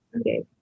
okay